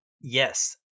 yes